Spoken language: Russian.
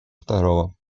второго